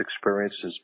experiences